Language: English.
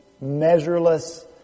measureless